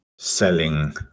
selling